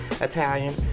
Italian